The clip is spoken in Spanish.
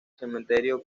cementerio